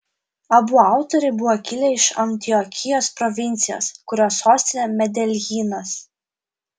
abu autoriai buvo kilę iš antiokijos provincijos kurios sostinė medeljinas